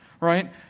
right